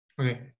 Okay